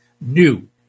new